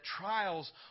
trials